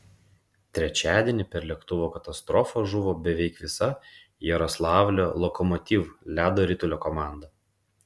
trečiadienį per lėktuvo katastrofą žuvo beveik visa jaroslavlio lokomotiv ledo ritulio komanda